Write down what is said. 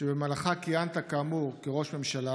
שבמהלכה כיהנת, כאמור, כראש ממשלה